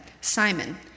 Simon